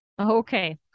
Okay